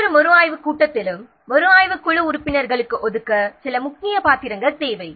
ஒவ்வொரு மறுஆய்வுக் கூட்டத்திலும் மறுஆய்வுக் குழு உறுப்பினர்களுக்கு ஒதுக்க சில முக்கிய பாத்திரங்கள் தேவை